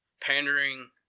Pandering